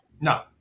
no